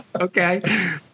okay